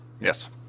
yes